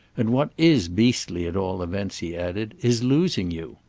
and what is beastly, at all events, he added, is losing you.